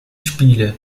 spiele